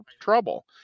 trouble